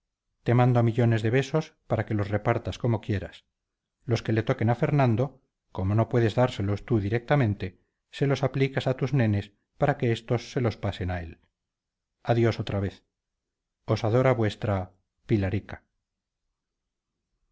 te mando millones de besos para que los repartas como quieras los que le toquen a fernando como no puedes dárselos tú directamente se los aplicas a tus nenes para que estos se los pasen a él adiós otra vez os adora vuestra